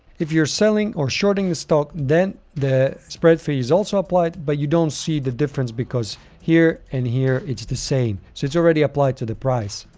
if you're selling or shorting the stock, then the spread fee is also applied but you don't see the difference because here and here, it's the same. so it's already applied to the price.